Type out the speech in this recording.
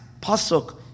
pasuk